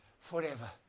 forever